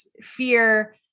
fear